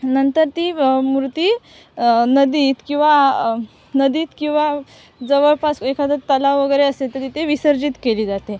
नंतर ती मूर्ती नदीत किंवा नदीत किंवा जवळपास एखादा तलाव वगैरे असेल तर तिथे विसर्जित केली जाते